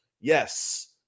Yes